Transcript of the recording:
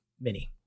Mini